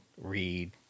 read